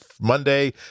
Monday